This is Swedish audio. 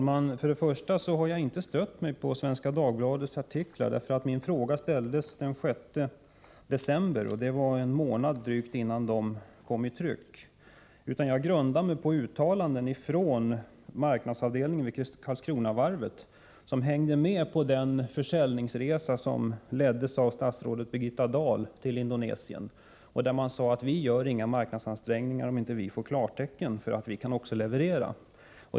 Herr talman! Jag har inte stött mig på Svenska Dagbladets artikel. Min fråga ställdes den 6 december, drygt en månad innan artikeln kom i tryck. Jag grundar mig på uttalanden från marknadsavdelningen vid Karlskronavarvet, som var med på den försäljningsresa till Indonesien som leddes av statsrådet Birgitta Dahl. Man sade: Vi gör inga marknadsansträngningar om vi inte får klartecken för att också kunna leverera.